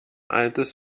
altes